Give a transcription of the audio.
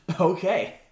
Okay